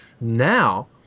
Now